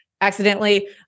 accidentally